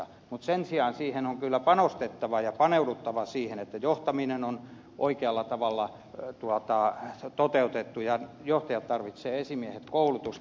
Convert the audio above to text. mutta sen sijaan on kyllä panostettava ja paneuduttava siihen että johtaminen on oikealla tavalla toteutettu ja johtajat ja esimiehet tarvitsevat koulutusta